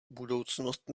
budoucnost